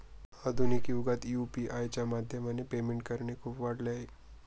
आधुनिक युगात यु.पी.आय च्या माध्यमाने पेमेंट करणे खूप वाढल आहे